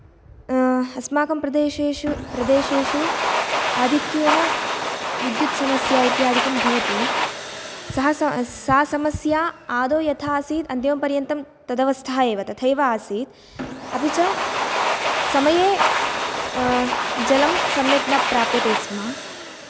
अस्माकं प्रदेशेषु प्रदेशेषु आधिक्येन विद्युत्समस्या इत्यादिकं भवति सः सा समस्या आदौ यथा आसीत् अन्तिमपर्यन्तं तदवस्था एव तथैव आसीत् अपि च समये जलं सम्यक् न प्राप्यते स्म